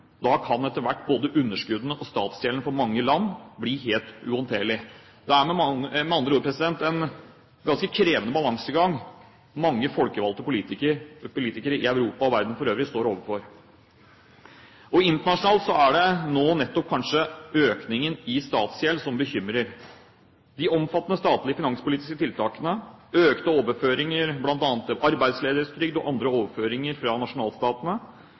Da kan etter hvert både underskuddene og statsgjelden for mange land bli helt uhåndterlig. Det er med andre ord en ganske krevende balansegang mange folkevalgte politikere i Europa og i verden for øvrig står overfor. Internasjonalt er det nå kanskje nettopp økningen i statsgjeld som bekymrer. De omfattende statlige finanspolitiske tiltak og økte overføringer bl.a. til arbeidsledighetstrygd og andre overføringer fra nasjonalstatene